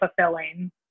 fulfilling